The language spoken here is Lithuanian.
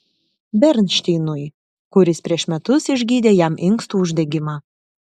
bernšteinui kuris prieš metus išgydė jam inkstų uždegimą